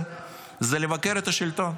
הוא למעשה לבקר את השלטון.